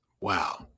Wow